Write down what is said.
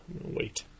Wait